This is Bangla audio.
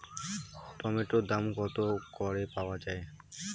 টমেটোর দাম কত করে পাওয়া যায়?